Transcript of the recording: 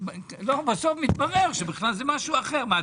אבל אני חושב שמאז ומעולם זה היה תחת שר השיכון.